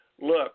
look